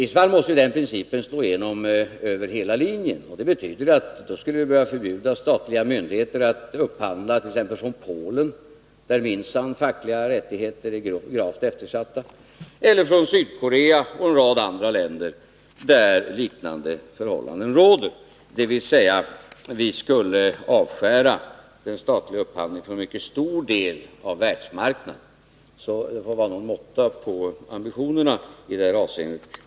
I så fall måste den principen slå igenom över hela linjen, och det betyder att vi då skulle börja förbjuda statliga myndigheter att upphandla t.ex. från Polen där fackliga rättigheter minsann är gravt eftersatta, eller från Sydkorea och en rad andra länder där liknande förhållanden råder, dvs. vi skulle avskära den statliga upphandlingen från en mycket stor del av världsmarknaden. Det får vara någon måtta på ambitionerna i det här avseendet.